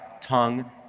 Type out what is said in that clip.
tongue